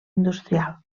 industrial